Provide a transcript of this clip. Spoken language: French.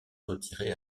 retirer